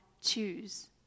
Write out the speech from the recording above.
choose